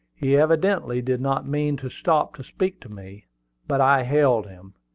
he evidently did not mean to stop to speak to me but i hailed him,